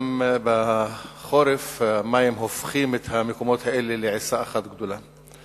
אלא גם בחורף המים הופכים את המקומות האלה לעיסה אחת גדולה.